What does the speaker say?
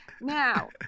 Now